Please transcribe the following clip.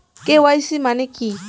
KYC মানে কি?